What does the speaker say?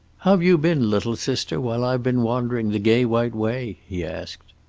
how've you been, little sister, while i've been wandering the gay white way? he asked.